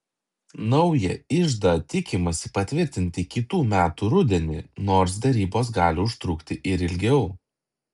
naują iždą tikimasi patvirtinti kitų metų rudenį nors derybos gali užtrukti ir ilgiau